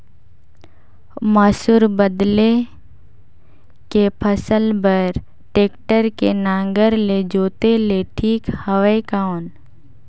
मसूर बदले के फसल बार टेक्टर के नागर ले जोते ले ठीक हवय कौन?